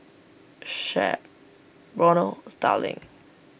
Shep Ronald Starling